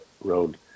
road